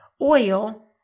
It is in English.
oil